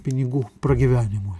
pinigų pragyvenimui